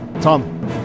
Tom